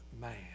man